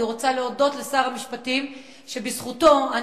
אני רוצה להודות לשר המשפטים שבזכותו אני